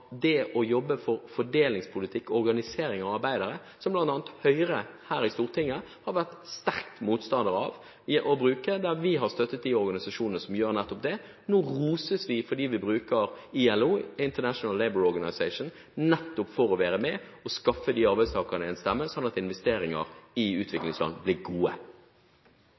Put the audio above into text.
det å jobbe for fordelingspolitikk og organisering av arbeidere, som bl.a. Høyre her i Stortinget har vært sterk motstander av, og vi har støttet de organisasjonene som gjør nettopp det. Nå roses vi fordi vi bruker ILO, International Labour Organization, nettopp for å være med og skaffe de arbeidstakerne en stemme, slik at investeringer i utviklingsland blir gode.